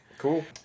Cool